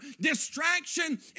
distraction